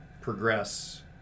progress